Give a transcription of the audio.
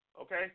Okay